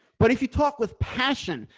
but if you talk with passion.